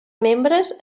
membres